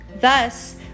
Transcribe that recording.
thus